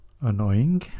annoying